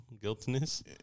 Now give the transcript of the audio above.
guiltiness